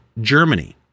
Germany